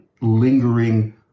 lingering